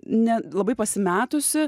ne labai pasimetusi